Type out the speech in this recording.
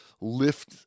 lift